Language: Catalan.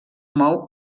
mou